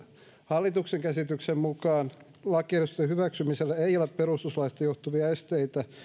hallituksen käsityksen mukaan lakiehdotuksen hyväksymiselle ei ole perustuslaista johtuvia esteitä